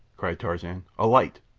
cried tarzan. a light!